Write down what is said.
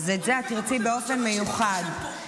אני בין הבודדות שמקשיבות לכם פה.